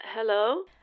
Hello